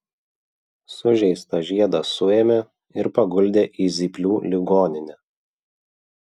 sužeistą žiedą suėmė ir paguldė į zyplių ligoninę